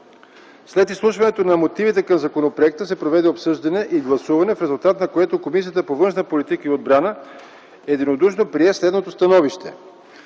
След изслушването на мотивите към законопроекта се проведе обсъждане и гласуване, в резултат на което Комисията по външна политика и отбрана единодушно прие следното становище: